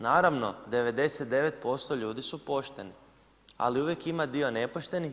Naravno, 99% ljudi su pošteni, ali uvijek ima dio nepoštenih.